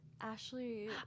Ashley